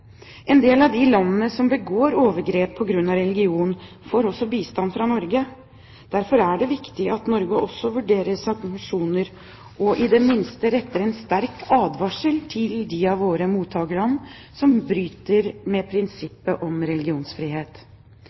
En del av de landene som begår overgrep på grunn av religion, får også bistand fra Norge. Derfor er det viktig at Norge også vurderer sanksjoner og i det minste retter en sterk advarsel til de av våre mottakerland som bryter med prinsippet om religionsfrihet.